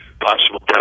possible